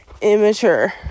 immature